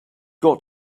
got